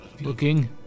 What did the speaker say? looking